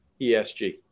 ESG